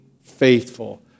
faithful